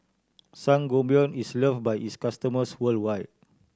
sangobion is loved by its customers worldwide